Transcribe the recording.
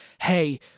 hey